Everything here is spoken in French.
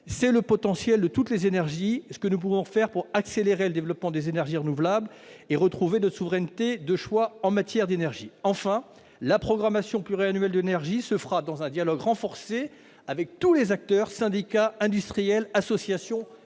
portée au potentiel de toutes les énergies : nous devons tout faire pour accélérer le développement des énergies renouvelables et retrouver notre souveraineté de choix en matière énergétique. La programmation pluriannuelle de l'énergie se fera dans un dialogue renforcé avec tous les acteurs, syndicats, industriels, associations,